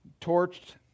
torched